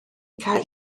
cael